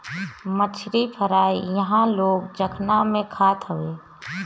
मछरी फ्राई इहां लोग चखना में खात हवे